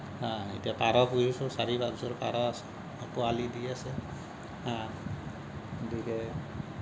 হা এতিয়া পাৰ পুহিছোঁ চাৰি পাঁচযোৰ পাৰ আছে পোৱালী দি আছে হা গতিকে